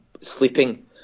sleeping